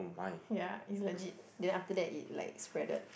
ya it's legit then after that it like spreaded